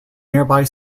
nearby